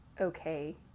okay